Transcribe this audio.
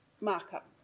markup